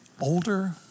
older